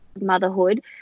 motherhood